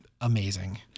amazing